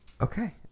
Okay